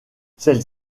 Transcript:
celles